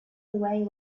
away